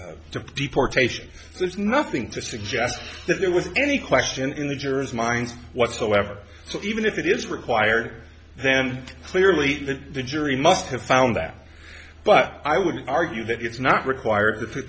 deportation there's nothing to suggest that there was any question in the jurors minds whatsoever so even if it is required then clearly the jury must have found that but i would argue that it's not required